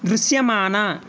దృశ్యమాన